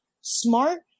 smart